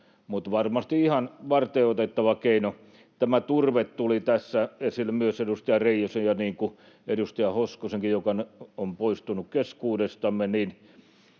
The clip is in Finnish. Mutta varmasti ihan varteenotettava keino. Tämä turve tuli tässä esille myös edustaja Reijosella ja edustaja Hoskosellakin, joka on poistunut keskuudestamme.